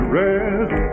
rest